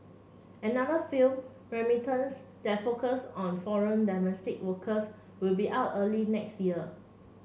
another film Remittance that focus on foreign domestic workers will be out early next year